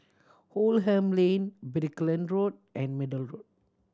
Oldham Lane Brickland Road and Middle Road